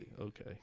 Okay